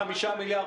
5 מיליארד.